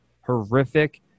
horrific